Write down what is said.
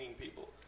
people